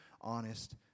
honest